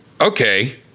Okay